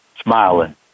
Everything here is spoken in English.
smiling